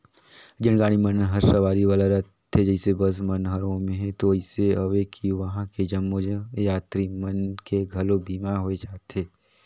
जेन गाड़ी मन हर सवारी वाला रथे जइसे बस मन हर ओम्हें तो अइसे अवे कि वंहा के जम्मो यातरी मन के घलो बीमा होय जाथे